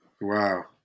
Wow